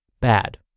bad